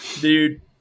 dude